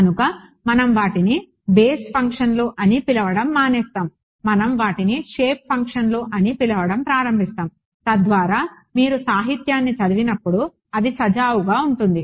కనుక మనం వాటిని బేసిస్ ఫంక్షన్లు అని పిలవడం మానేస్తాము మనం వాటిని షేప్ ఫంక్షన్లు అని పిలవడం ప్రారంభిస్తాము తద్వారా మీరు సాహిత్యాన్ని చదివినప్పుడు అది సజావుగా ఉంటుంది